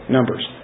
Numbers